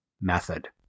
method